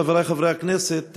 חברי חברי הכנסת,